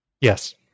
yes